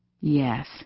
Yes